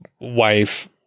wife